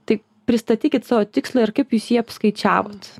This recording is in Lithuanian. tai pristatykit savo tikslą ir kaip jūs jį apskaičiavot